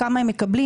כמה הם מקבלים?